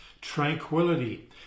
tranquility